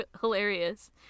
hilarious